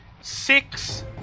six